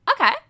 Okay